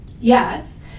Yes